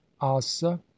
Asa